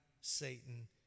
Satan